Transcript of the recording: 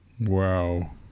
Wow